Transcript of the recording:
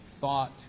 thought